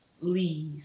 leave